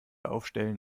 aufstellen